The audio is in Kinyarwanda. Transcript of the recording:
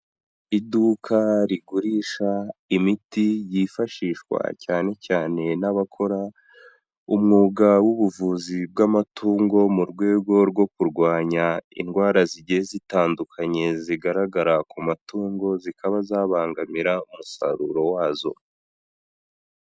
Iduka rigurisha imiti yifashishwa cyane cyane n'abakora umwuga w'ubuvuzi bw'amatungo mu rwego rwo kurwanya indwara zigiye zitandukanye zigaragara ku matungo, zikaba zabangamira umusaruro wazo.